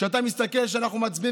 כשאתה מסתכל איך שאנחנו מצביעים,